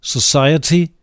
Society